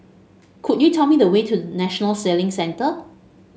could you tell me the way to National Sailing Centre